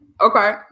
Okay